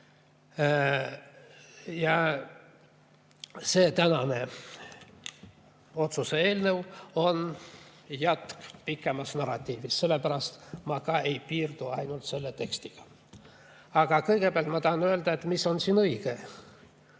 See tänane otsuse eelnõu on jätk pikemale narratiivile, sellepärast ma ei piirdu ainult selle tekstiga. Aga kõigepealt ma tahan öelda, mis on siin õige.